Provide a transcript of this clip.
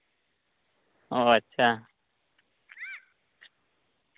ᱚ ᱟᱪᱪᱷᱟ